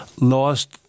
lost